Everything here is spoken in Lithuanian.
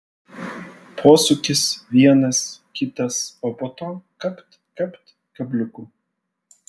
posūkis vienas kitas o po to kapt kapt kabliuku